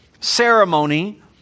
ceremony